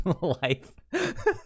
life